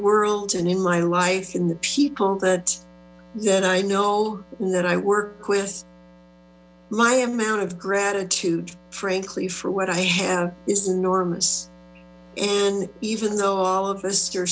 world and in my life and the people that i know that i work with my amount of gratitude frankly for what i have is enormous and even though all of us are